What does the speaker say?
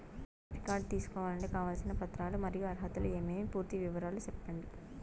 Credit card తీసుకోవాలంటే కావాల్సిన పత్రాలు మరియు అర్హతలు ఏమేమి పూర్తి వివరాలు సెప్పండి?